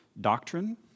Doctrine